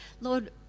Lord